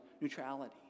neutrality